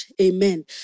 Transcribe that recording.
Amen